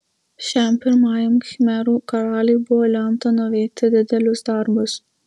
šiam pirmajam khmerų karaliui buvo lemta nuveikti didelius darbus